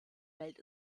welt